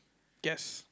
gas